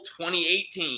2018